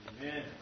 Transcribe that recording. Amen